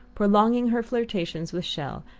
prolonging her flirtation with chelles,